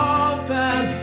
open